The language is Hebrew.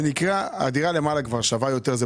ברור הרי שהדירה למעלה שווה יותר,